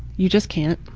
you just can't.